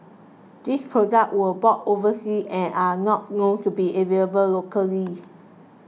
these products were bought overseas and are not known to be available locally